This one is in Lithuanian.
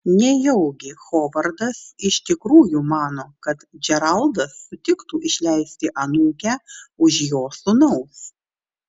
nejaugi hovardas iš tikrųjų mano kad džeraldas sutiktų išleisti anūkę už jo sūnaus